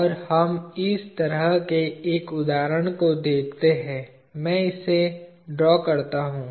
और हम इस तरह के एक उदाहरण को देखते हैं मैं इसे ड्रा करता हूं